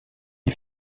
die